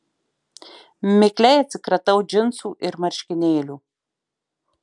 mikliai atsikratau džinsų ir marškinėlių